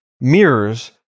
mirrors